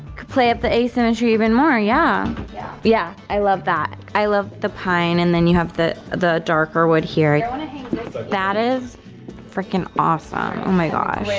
could play up the asymmetry even more. yeah yeah, yeah i love that. i love the pine and then you have the the darker wood here that is freakin awesome. oh my gosh.